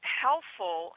helpful